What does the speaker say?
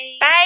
Bye